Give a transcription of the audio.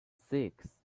six